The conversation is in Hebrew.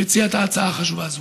שהציע את ההצעה החשובה הזאת.